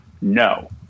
no